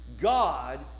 God